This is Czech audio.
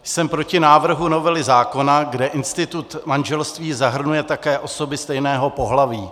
Jsem proti návrhu novely zákona, kde institut manželství zahrnuje také osoby stejného pohlaví.